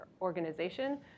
organization